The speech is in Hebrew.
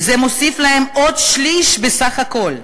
זה מוסיף להם עוד שליש בסך הכול.